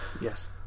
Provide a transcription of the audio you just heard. Yes